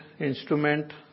instrument